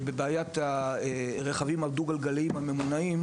בבעיית הרכבים הדו-גלגליים הממונעים.